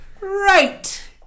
right